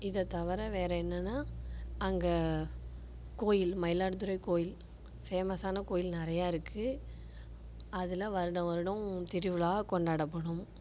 இது தவிர வேறு என்னெனா அங்கே கோயில் மயிலாடுதுறை கோயில் ரொம்ப ஃபேமஸ் ஆன கோயில் நிறைய இருக்குது அதில் வருடம் வருடம் திருவிழா கொண்டாடப்படும்